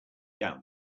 down